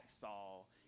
Saul